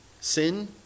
Sin